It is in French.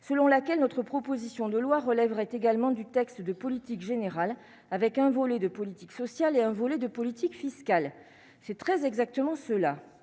selon laquelle notre proposition de loi relèverait également du texte de politique générale, avec un volet de politique sociale et un volet de politique fiscale, c'est très exactement cela